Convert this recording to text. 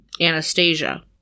Anastasia